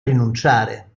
rinunciare